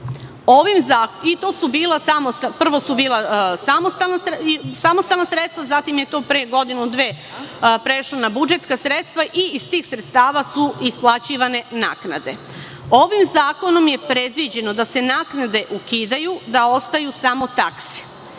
Ovim zakonom je predviđeno da se naknade ukidaju, da ostaju samo takse. Rekli